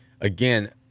again